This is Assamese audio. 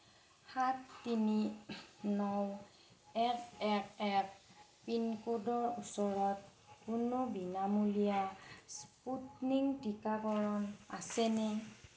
সাত তিনি ন এক এক এক পিনক'ডৰ ওচৰতে কোনো বিনামূলীয়া স্পুটনিক টীকাকৰণ কেন্দ্ৰ আছেনে